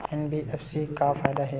NBFC से का फ़ायदा हे?